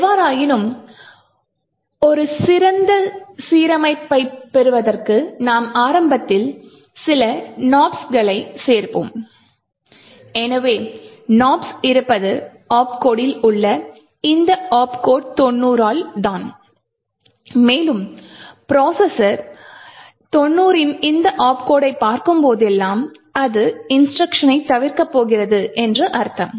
எவ்வாறாயினும் ஒரு சிறந்த சீரமைப்பைப் பெறுவதற்கு நாம் ஆரம்பத்தில் சில nops களைச் சேர்ப்போம் எனவே nops இருப்பது ஆப்கோட்டில் உள்ள இந்த ஆப்கோட் 90 ஆல் தான் மேலும் ப்ரொசஸர் 90 இன் இந்த ஆப்கோடைப் பார்க்கும் போதெல்லாம் அது இன்ஸ்ட்ருக்ஷன்னை தவிர்க்கப் போகிறது என்று அர்த்தம்